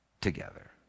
together